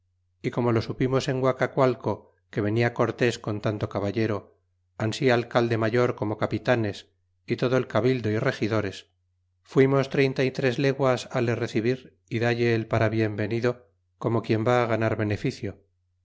y como lo supimos en guacacualco que venia cortés con tanto caballero ansi alcalde mayor como capitanes y todo el cabildo y regidores fuimos treinta y tres leguas le recebir y dalle el para bien venido como quien va ganar beneficio